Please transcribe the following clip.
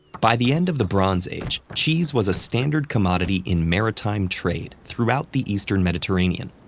by the end of the bronze age, cheese was a standard commodity in maritime trade throughout the eastern mediterranean.